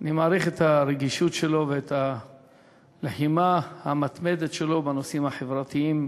שאני מעריך את הרגישות שלו ואת הלחימה המתמדת שלו בנושאים החברתיים,